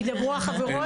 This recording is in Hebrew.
ויתרת, שידברו החברות?